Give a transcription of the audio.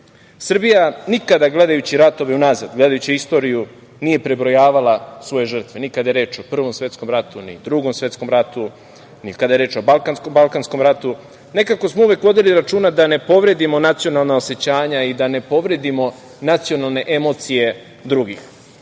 svega. Srbija nikada, gledajući ratove unazad, gledajući istoriju, nije prebrojavala svoje žrtve. Ni kada je reč o Prvom svetskom ratu, ni Drugom svetskom ratu, ni kada je reč o Balkanskom ratu. Nekako smo uvek vodili računa da ne povredimo nacionalna osećanja i da ne povredimo nacionalne emocije drugih.